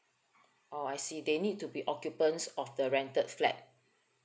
oh I see they need to be occupants of the rented flat